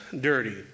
dirty